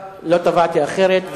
לא תבעתי אחרת,